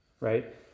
right